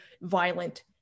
violent